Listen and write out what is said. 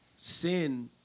sin